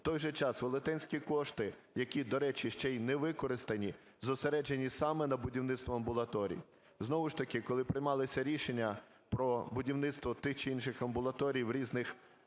В той же час, велетенські кошти, які, до речі, ще й не використані, зосереджені саме на будівництво амбулаторій. Знову ж таки, коли приймалися рішення про будівництво тих чи інших амбулаторій на різних